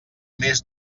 més